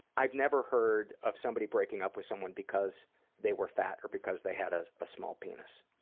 i've never heard of somebody breaking up with someone because they were fat or because they had a small penis.